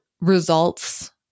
results